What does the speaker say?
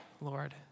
Lord